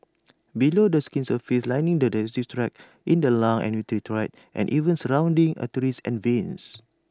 below the skin's surface lining the digestive tract in the lungs and urinary tract and even surrounding arteries and veins